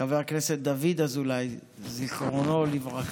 חבר הכנסת דוד אזולאי, זיכרונו לברכה,